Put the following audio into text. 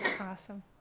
awesome